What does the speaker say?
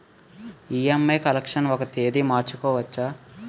EMI collection ఒక తేదీ మార్చుకోవచ్చా?